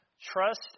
Trust